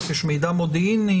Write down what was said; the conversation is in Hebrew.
יש מידע מודיעיני,